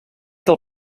del